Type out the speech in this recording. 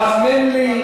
האמן לי,